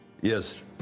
yes